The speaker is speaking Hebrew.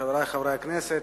תודה, חברי חברי הכנסת,